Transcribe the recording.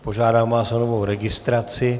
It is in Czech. Požádám vás o novou registraci.